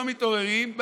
לא מתעוררים,